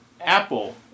Apple